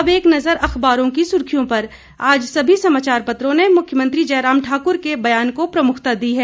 अब एक नजर अखबारों की सुर्खियों पर आज सभी समाचार पत्रों ने मुख्यमंत्री जयराम ठाकुर के बयान को प्रमुखता दी है